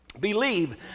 believe